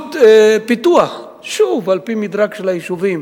סבסוד פיתוח, שוב, על-פי מדרג היישובים.